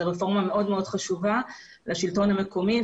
זו רפורמה מאוד מאוד חשובה לשלטון המקומי,